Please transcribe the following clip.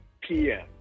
PM